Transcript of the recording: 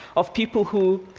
of people who,